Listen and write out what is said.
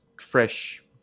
fresh